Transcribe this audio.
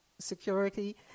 security